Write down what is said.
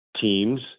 teams